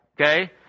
Okay